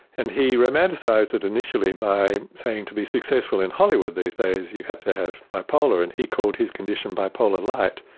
and he romanticised it initially by saying to be successful in hollywood these days you had to have bipolar, and he called his condition bipolar-lite.